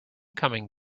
coming